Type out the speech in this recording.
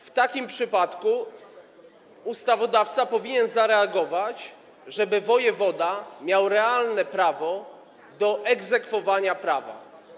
W takim przypadku ustawodawca powinien zareagować, żeby wojewoda miał realne prawo do egzekwowania prawa.